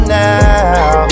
now